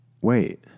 wait